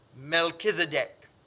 Melchizedek